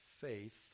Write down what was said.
faith